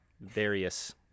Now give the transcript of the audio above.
various